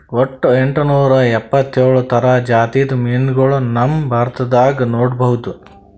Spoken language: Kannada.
ವಟ್ಟ್ ಎಂಟನೂರಾ ಎಪ್ಪತ್ತೋಳ್ ಥರ ಜಾತಿದ್ ಮೀನ್ಗೊಳ್ ನಮ್ ಭಾರತದಾಗ್ ನೋಡ್ಬಹುದ್